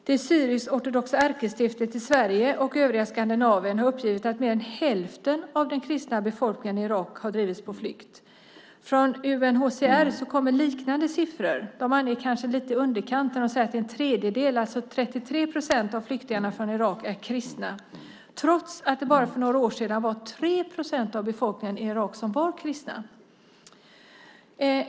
Det syrisk-ortodoxa ärkestiftet i Sverige och övriga Skandinavien har uppgivit att mer än hälften av den kristna befolkningen i Irak har drivits på flykt. Från UNHCR kommer liknande siffror. De anger kanske lite i underkant när de säger att det är en tredjedel. 33 procent av flyktingarna från Irak är kristna, trots att det bara för några år sedan var 3 procent av befolkningen i Irak som var kristen.